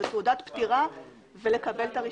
זאת תעודת פטירה ולקבל את הרישיון.